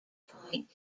point